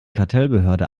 kartellbehörde